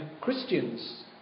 Christians